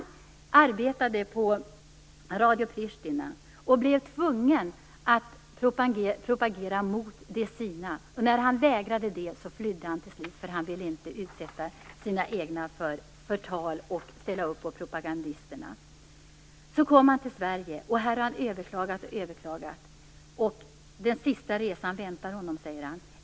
Beqir Hoti arbetade på Radio Prishtina och blev tvungen att propagera mot de sina. Efter att ha vägrat göra det flydde han till slut, för han ville inte utsätta sina egna för förtal och ställa upp för propagandisterna. Så kom han till Sverige, och här har han överklagat flera gånger. Den sista resan väntar honom, säger han.